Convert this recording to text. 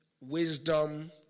wisdom